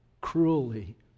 cruelly